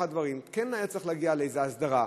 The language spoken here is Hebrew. כן היה צריך להגיע לאיזו הסדרה,